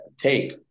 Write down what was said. take